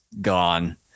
gone